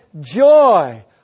joy